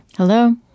Hello